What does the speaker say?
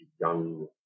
young